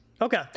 okay